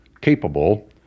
capable